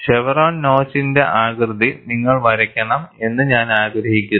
chevron നോച്ചിന്റെ ആകൃതി നിങ്ങൾ വരയ്ക്കണം എന്ന് ഞാൻ ആഗ്രഹിക്കുന്നു